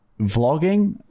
vlogging